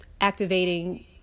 activating